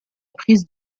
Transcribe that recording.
prise